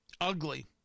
Ugly